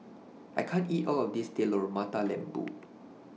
I can't eat All of This Telur Mata Lembu